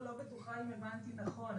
בטוחה אם הבנתי נכון.